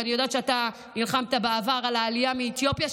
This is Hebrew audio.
ואני יודעת שאתה נלחמת בעבר על העלייה מאתיופיה,